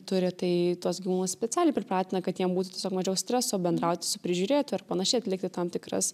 turi tai tuos gyvūnus specialiai pripratina kad jiem būtų tiesiog mažiau streso bendrauti su prižiūrėtoju ar panašiai atlikti tam tikras